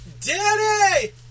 Daddy